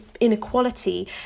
inequality